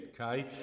Okay